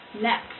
next